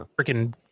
freaking